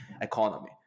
economy